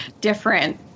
different